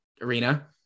arena